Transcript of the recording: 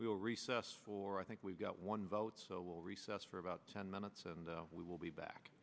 we'll recess for i think we've got one vote so we'll recess for about ten minutes and we will be back